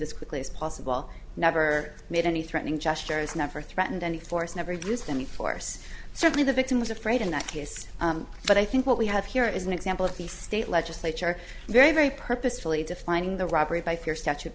this quickly as possible never made any threatening gestures never threatened any force never used any force certainly the victim was afraid in that case but i think what we have here is an example of the state legislature very very purposefully defining the robbery by fear statute